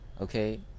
okay